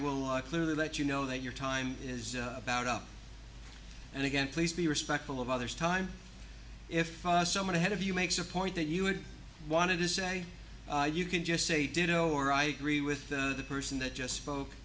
will walk clear that you know that your time is about up and again please be respectful of others time if someone ahead of you makes a point that you would want to say you can just say did or i agree with the person that just spoke